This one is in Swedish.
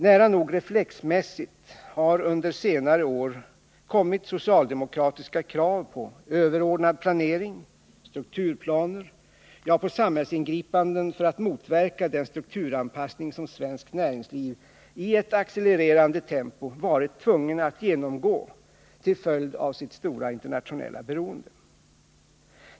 Nära nog reflexmässigt har det under senare år kommit socialdemokratiska krav på överordnad planering, strukturplaner, ja, över huvud taget på samhällsingripanden för att motverka den strukturanpassning som svenskt näringsliv i accelererande tempo varit tvunget att genomgå till följd av sitt stora internationella beroende.